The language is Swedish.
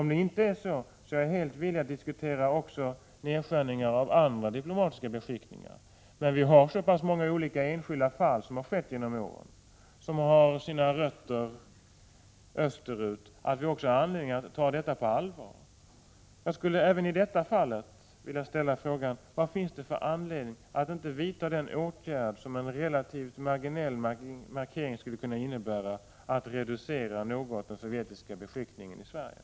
Om det inte är så, är jag villig att diskutera nedskärningar av även andra diplomatiska beskickningar. När vi har så pass många enskilda fall som har skett genom åren, med sina rötter österut, finns det anledning att ta detta på allvar. Jag skulle även här vilja ställa frågan: Vad finns det för anledning att inte vidta åtgärden, som skulle innebära en relativt marginell markering, att något reducera den sovjetiska beskickningen i Sverige?